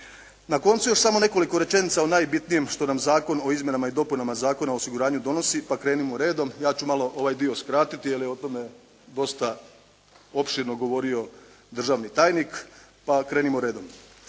Na koncu još samo nekoliko rečenica o najbitnijem što nam Zakon o izmjenama i dopunama Zakona o osiguranju donosi. Pa krenimo redom. Ja ću malo ovaj dio skratiti jer je o tome dosta opširno govorio državni tajnik. Pa krenimo redom.